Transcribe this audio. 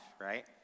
right